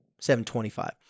7.25